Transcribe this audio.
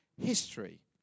history